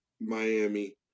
Miami